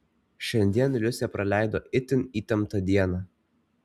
šiandien liusė praleido itin įtemptą dieną